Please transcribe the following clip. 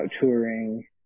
touring